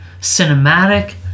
cinematic